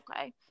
okay